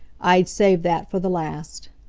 i had saved that for the last.